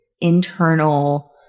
internal